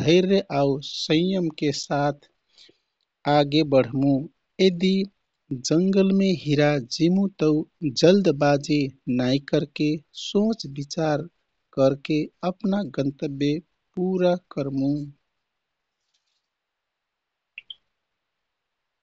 धैर्य आउ संयम के साथ आगे बढ्मु। यदि जंगलमे हिरा जिमु तौ जल्दबाजी नाइ करके सोंच बिचार करके अपना गन्तव्य पुरा करमु।